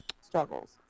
struggles